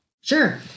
Sure